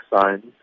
signs